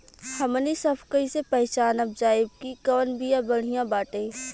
हमनी सभ कईसे पहचानब जाइब की कवन बिया बढ़ियां बाटे?